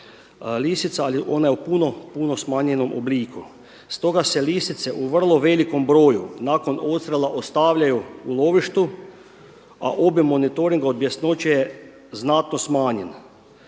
ali ona je u puno, puno smanjenom obliku. Stoga se lisice u vrlo velikom broju nakon odstrjela ostavljaju u lovištu, a … monitoringa od bjesnoće znatno smanjen.